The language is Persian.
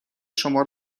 شما